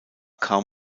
kam